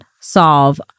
solve